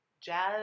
jazz